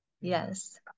Yes